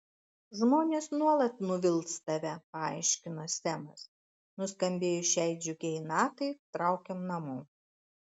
žmonės nuolat nuvils tave paaiškino semas nuskambėjus šiai džiugiai natai traukiam namo